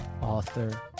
author